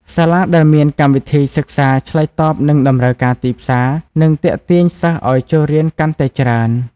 សាលាដែលមានកម្មវិធីសិក្សាឆ្លើយតបនឹងតម្រូវការទីផ្សារនឹងទាក់ទាញសិស្សឱ្យចូលរៀនកាន់តែច្រើន។